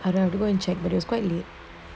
I don't know I have to go and check but it's quite late